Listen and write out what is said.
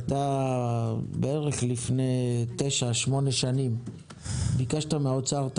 בערך לפני 9-8 שנים ביקשת מהאוצר את